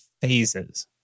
phases